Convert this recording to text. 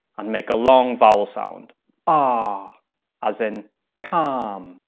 and make a long vowel sound ah as in calm.